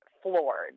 floored